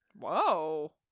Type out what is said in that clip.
Whoa